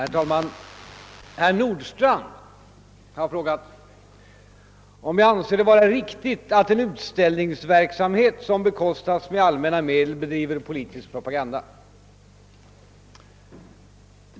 Herr talman! Herr Nordstrandh har frågat om jag anser det vara riktigt, att en utställningsverksamhet, som bekostas med allmänna medel, bedriver politisk propaganda.